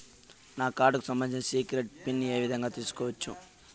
నా కార్డుకు సంబంధించిన సీక్రెట్ పిన్ ఏ విధంగా తీసుకోవచ్చు?